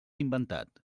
inventat